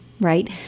right